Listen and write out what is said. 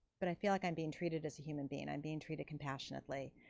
but i feel like i'm being treated as a human being, i'm being treated compassionately.